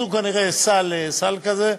עשו כנראה סל כזה.